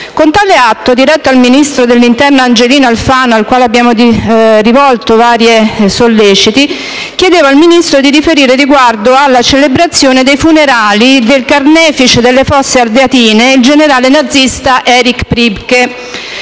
Con tale atto, diretto al ministro dell'interno Angelino Alfano, al quale abbiamo rivolto vari solleciti, chiedevo di riferire riguardo alla celebrazione dei funerali del carnefice delle Fosse Ardeatine, il generale nazista Erich Priebke,